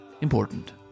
important